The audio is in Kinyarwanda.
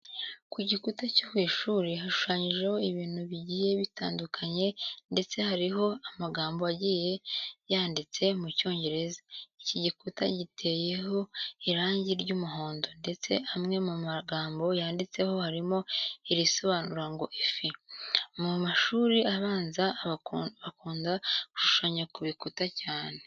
Ku gikuta cyo ku ishuri hashushanyijeho ibintu bigiye bitandukanye ndetse hariho amagambo agaiye yanditse mu cyon5gereza. Iki gukuta giteyeho irangi ry'umuhondo ndetse amwe mu magambo yanditseho harimo irisobanura ngo ifi. Mu mashuri abanza bakunda gushanya ku bikuta cyane.